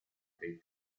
dei